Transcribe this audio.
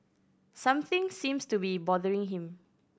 something seems to be bothering him